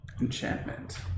Enchantment